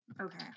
Okay